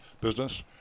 business